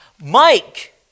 Mike